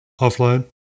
offline